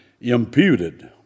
imputed